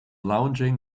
lounging